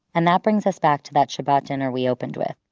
and that brings us back to that shabbat dinner we opened with,